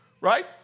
Right